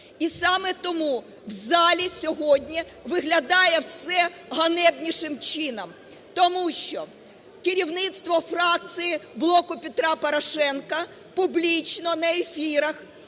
І саме тому в залі сьогодні виглядає все ганебнішим чином. Тому що керівництво фракції "Блоку Петра Порошенка" публічно на ефірах,